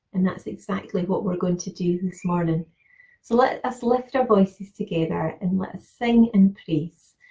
and that's exactly what we're going to do this morning. so let us lift our voices together and let us sing in praise.